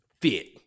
fit